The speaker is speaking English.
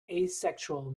asexual